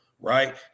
right